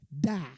die